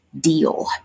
deal